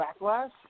backlash